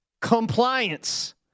compliance